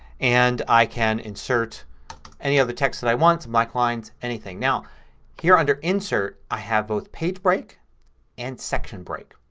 and i can insert any other text that i want. some blank like lines, anything. now here under insert i have both page break and section break.